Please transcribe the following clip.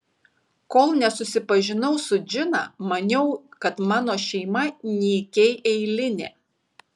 kol nesusipažinau su džina maniau kad mano šeima nykiai eilinė